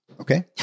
Okay